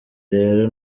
rero